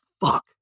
fuck